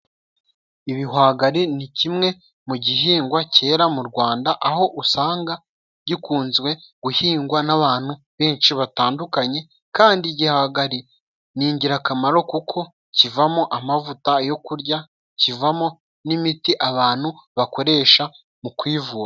Ibihwagari ni kimwe mu gihingwa cyera mu Rwanda, aho usanga gikunzwe guhingwa n'abantu benshi batandukanye. Kandi gihagari ni ingirakamaro kuko kivamo amavuta yo kurya, kivamo n'imiti abantu bakoresha mu kwivuza.